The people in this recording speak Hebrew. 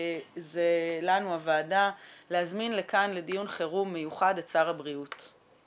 זה מלמד אותם גם כאשר עובר זמן מסוים עם מי הם צריכים להתייעץ,